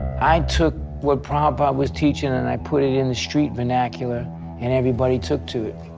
i took what prabhupada was teaching and i put it in the street vernacular and everybody took to it.